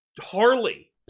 harley